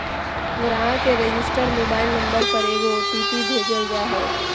ग्राहक के registered mobile number पर एगो ओ.टी.पी भेजल जा हइ